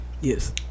yes